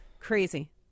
Crazy